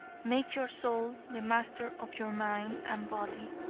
make your soul the master of your mind and body.